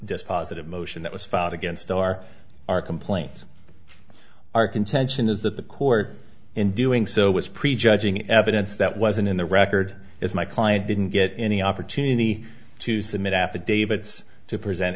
dispositive motion that was filed against our our complaints our contention is that the court in doing so was prejudging evidence that wasn't in the record as my client didn't get any opportunity to submit affidavits to present